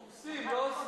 הורסים, לא עושים,